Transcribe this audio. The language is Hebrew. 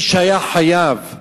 מי שהיה חייב ארנונה,